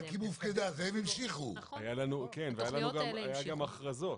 היו גם הכרזות.